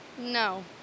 No